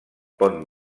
pont